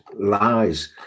lies